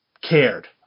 cared